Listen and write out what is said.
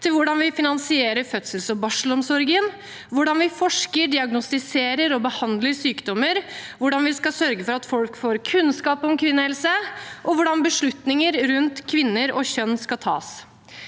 til hvordan vi finansierer fødselsog barselomsorgen, hvordan vi forsker, diagnostiserer og behandler sykdommer, hvordan vi skal sørge for at folk får kunnskap om kvinnehelse, og hvordan beslutninger rundt kvinner og kjønn skal tas.